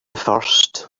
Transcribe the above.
first